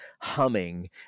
humming